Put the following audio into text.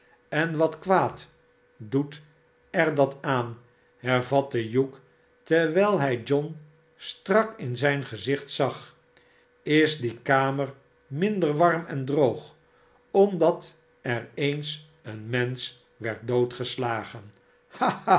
en wat kwaad doet er dat aan hervatte hugh terwijl hij john strak in zijn gezicht zag is die kamer minder warm en droog omdat er eens een mensch werd doodgeslagen